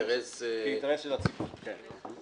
כאינטרס --- כאינטרס של הציבור, כן.